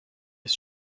his